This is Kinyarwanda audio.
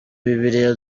bibiliya